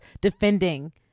defending